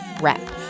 Rep